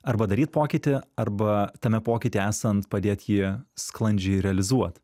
arba daryt pokytį arba tame pokyty esant padėt jie sklandžiai realizuot